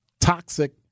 toxic